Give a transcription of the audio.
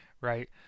right